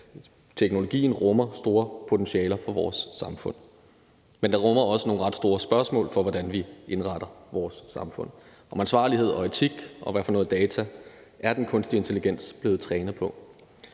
teknologien rummer store potentialer for vores samfund, men den rummer også nogle ret store spørgsmål om, hvordan vi indretter vores samfund, om ansvarlighed og etik og om, hvad for noget data den kunstige intelligens er blevet trænet på.